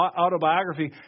autobiography